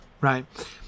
right